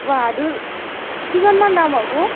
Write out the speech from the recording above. বাহাদুৰ কিমান মান দাম হ'ব